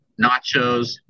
nachos